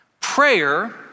Prayer